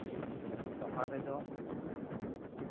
ᱵᱟᱦᱟ ᱨᱮᱫᱚ